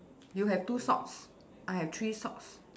you have two socks I have three socks